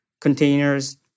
containers